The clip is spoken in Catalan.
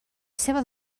seva